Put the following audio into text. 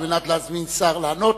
על מנת להזמין שר לענות,